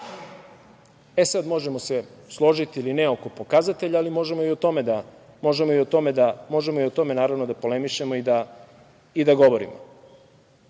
E sad, možemo se složiti ili ne oko pokazatelja, ali možemo i o tome da polemišemo i da govorimo. Ne